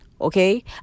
okay